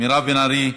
מירב בן ארי,